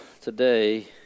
today